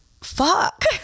fuck